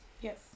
Yes